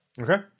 Okay